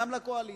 גם הקואליציה,